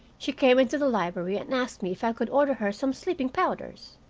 she came into the library and asked me if i could order her some sleeping-powders.